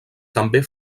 també